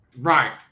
Right